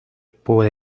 por